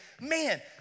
man